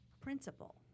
principal